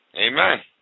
Amen